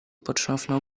potrząsnął